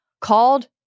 called